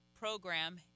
program